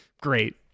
Great